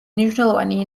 მნიშვნელოვანი